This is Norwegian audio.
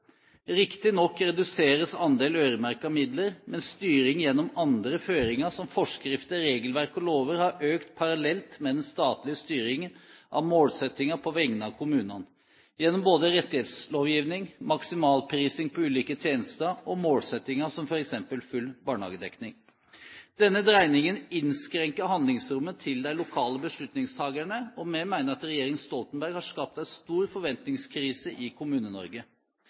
Riktignok reduseres andelen øremerkede midler, men styring gjennom andre føringer, som forskrifter, regelverk og lover, har økt parallelt med den statlige styringen av målsettinger på vegne av kommunene, gjennom både rettighetslovgivning, maksimalprising på ulike tjenester og målsettinger som f.eks. full barnehagedekning. Denne dreiningen innskrenker handlingsrommet til de lokale beslutningstagerne, og vi mener at regjeringen Stoltenberg har skapt en stor forventningskrise i